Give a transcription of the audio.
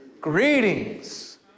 Greetings